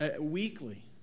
weekly